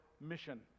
mission